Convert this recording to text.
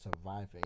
Surviving